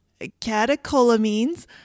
catecholamines